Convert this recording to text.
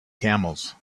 camels